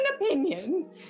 opinions